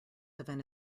event